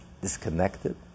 disconnected